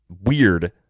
weird